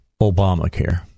Obamacare